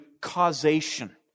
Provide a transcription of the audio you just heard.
causation